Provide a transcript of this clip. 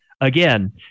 Again